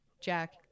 Jack